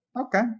Okay